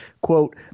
quote